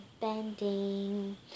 bending